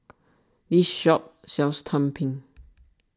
this shop sells Tumpeng